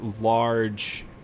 large